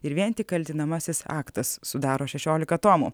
ir vien tik kaltinamasis aktas sudaro šešiolika tomų